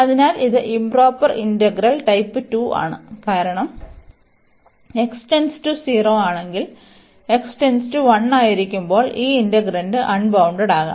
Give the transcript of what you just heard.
അതിനാൽ ഇത് improper integral type 2 ആണ് കാരണം അല്ലെങ്കിൽ ആയിരിക്കുമ്പോൾ ഈ ഇന്റഗ്രന്റ് അൺബൌൺണ്ടഡാകാം